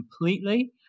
completely